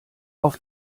auf